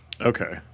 Okay